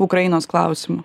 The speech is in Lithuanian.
ukrainos klausimu